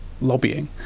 lobbying